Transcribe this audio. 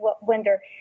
wonder